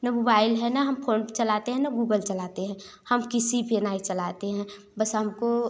ना मुबाइल है न हम फोनपे चलाते हैं ना गूगल चलाते हैं हम किसी पर नहीं चलाते हैं बस हमको